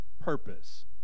purpose